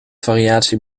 variatie